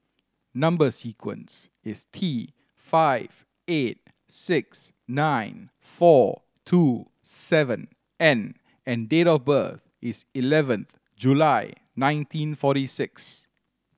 number sequence is T five eight six nine four two seven N and date of birth is eleventh July nineteen forty six